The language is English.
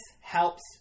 helps